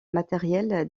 matériels